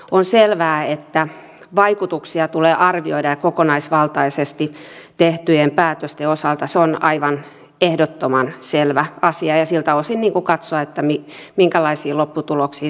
on selvää että vaikutuksia tulee arvioida kokonaisvaltaisesti tehtyjen päätösten osalta se on aivan ehdottoman selvä asia ja siltä osin katsoa minkälaisiin lopputuloksiin ne ovat johtaneet